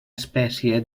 espècie